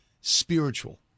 spiritual